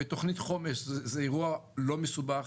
בתוכנית חומש זה אירוע לא מסובך.